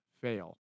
fail